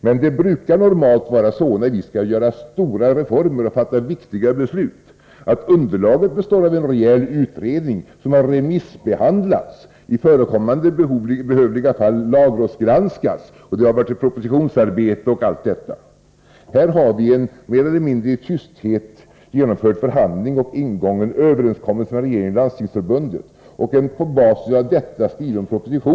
Men när vi skall genomföra stora reformer och fatta viktiga beslut brukar det normalt vara så att underlaget består av en rejäl utredning, som har remissbehandlats och i förekommande, behövliga fall lagrådsgranskats. Det brukar ha varit ett propositionsarbete osv. Här har vi en mer eller mindre i tysthet genomförd förhandling, en ingången överenskommelse mellan regeringen och Landstingsförbundet och en på basis av detta skriven proposition.